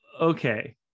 okay